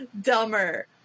dumber